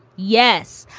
yes.